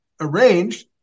arranged